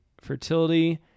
fertility